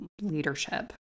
leadership